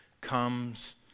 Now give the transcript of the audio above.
comes